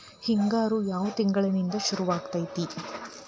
ಹಿಂಗಾರು ಯಾವ ತಿಂಗಳಿನಿಂದ ಶುರುವಾಗತೈತಿ?